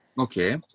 Okay